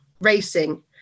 racing